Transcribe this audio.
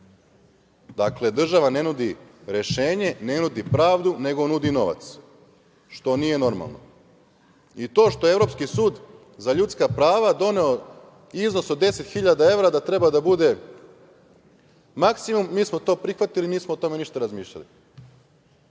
Dakle, država ne nudi rešenje, ne nudi pravdu, nego nudi novac, što nije normalno. I to što je Evropski sud za ljudska prava doneo iznos od 10 hiljada evra da treba da bude maksimum, mi smo to prihvatili, nismo o tome ništa razmišljali.